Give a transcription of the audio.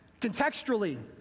Contextually